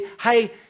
Hey